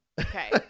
Okay